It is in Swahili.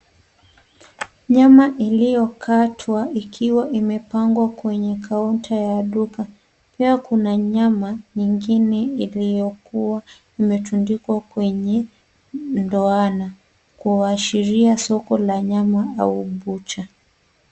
Nyama iliyokatwa ikiwa imepangwa kwenye kaunta ya duka pia kuna nyama nyingine iliyokuwa imetundikwa kwenye ndoano kuashiria soko la nyama au bucha.